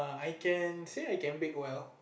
I can say I can bake well